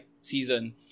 season